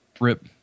Rip